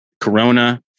Corona